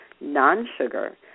non-sugar